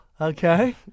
Okay